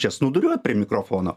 čia snūduriuot prie mikrofono